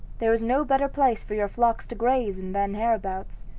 there is no better place for your flocks to graze in than hereabouts,